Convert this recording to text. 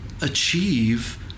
achieve